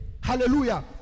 Hallelujah